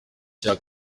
cya